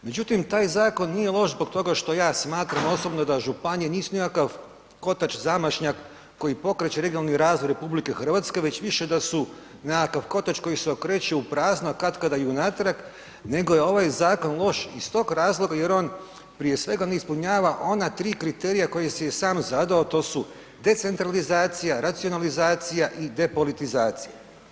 Međutim, taj zakon nije loš zbog toga što ja smatram osobno da županije nisu nikakav kotač zamašnjak koji pokreće regionalni razvoj RH već više da su nekakav kotač koji se okreće u prazno, a katkada i u natrag, nego je ovaj zakon loš iz tog razloga jer on prije svega ne ispunjava ona tri kriterija koje si je sam zadao, a to su decentralizacija, racionalizacija i depolitizacija.